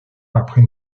après